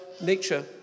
nature